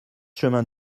chemin